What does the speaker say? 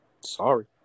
Sorry